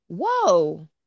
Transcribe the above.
Whoa